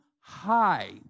high